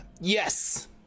yes